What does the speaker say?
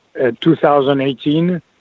2018